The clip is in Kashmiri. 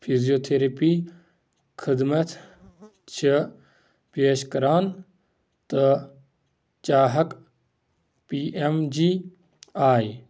فِزیوتھٔرِپی خدمت چھِ پیش کران تہٕ چاہکھ پی ایٚم جی آے